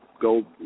go